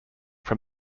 from